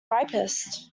ripest